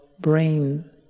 brain